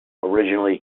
originally